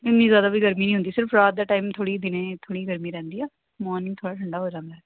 ਇੰਨੀ ਜ਼ਿਆਦਾ ਵੀ ਗਰਮੀ ਨਹੀਂ ਹੁੰਦੀ ਸਿਰਫ ਰਾਤ ਦਾ ਟਾਈਮ ਥੋੜ੍ਹੀ ਦਿਨੇ ਥੋੜ੍ਹੀ ਗਰਮੀ ਰਹਿੰਦੀ ਆ ਮੋਰਨਿੰਗ ਥੋੜ੍ਹਾ ਠੰਡਾ ਹੋ ਜਾਂਦਾ